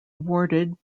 awarded